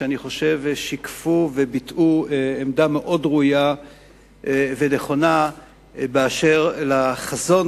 שאני חושב ששיקפו וביטאו עמדה ראויה מאוד ונכונה בנוגע לחזון,